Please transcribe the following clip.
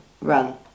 run